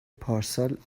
پارسال